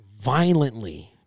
violently